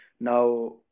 Now